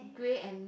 grey and